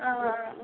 ആ ആ ആ